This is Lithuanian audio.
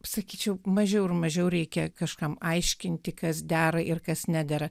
sakyčiau mažiau ir mažiau reikia kažkam aiškinti kas dera ir kas nedera